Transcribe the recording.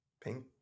pink